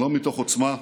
שלום מתוך עוצמה,